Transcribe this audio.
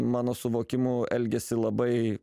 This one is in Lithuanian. mano suvokimu elgiasi labai